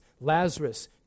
Lazarus